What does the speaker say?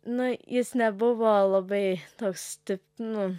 nu jis nebuvo labai toks ti nu